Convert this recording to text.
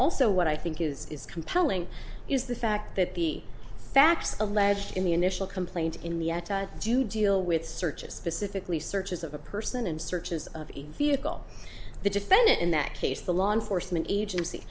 also what i think is compelling is the fact that the facts alleged in the initial complaint in the do deal with searches pacifically searches of a person and searches of a vehicle the defendant in that case the law enforcement agenc